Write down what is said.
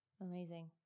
Amazing